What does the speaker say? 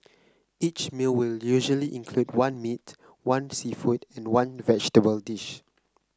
each meal will usually include one meat one seafood and one vegetable dish